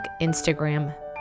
Instagram